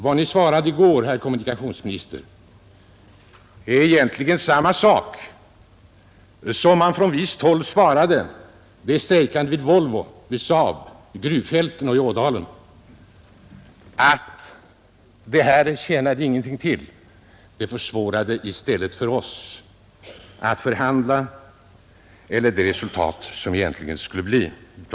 Vad ni sade i går är egentligen detsamma som man från visst håll svarade de strejkande vid Volvo, Saab, gruvfälten och i Ådalen, nämligen att strejken inte tjänade någonting till; den försvårade i stället förhandlingarna och försämrade utgången av dessa.